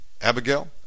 Abigail